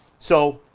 so,